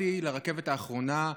הספקתי לרכבת האחרונה,